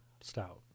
stout